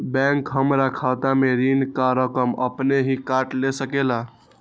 Bank हमार खाता से ऋण का रकम अपन हीं काट ले सकेला?